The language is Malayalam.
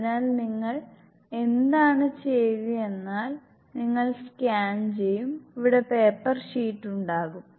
അതിനാൽ നിങ്ങൾ എന്താണ് ചെയ്യുകയെന്നാൽ നിങ്ങൾ സ്കാൻ ചെയ്യും ഇവിടെ പേപ്പർ ഷീറ്റ് ഉണ്ടാകും